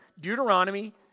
Deuteronomy